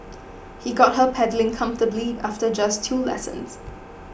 he got her pedalling comfortably after just two lessons